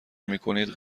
میکنید